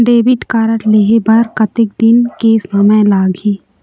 Debit card लेहे बर कतेक दिन के समय लगही?